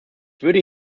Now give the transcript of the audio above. würde